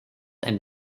and